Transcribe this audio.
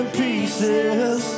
pieces